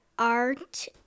Art